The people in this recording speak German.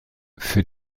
für